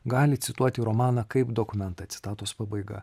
gali cituoti romaną kaip dokumentą citatos pabaiga